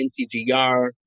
NCGR